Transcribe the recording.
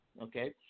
okay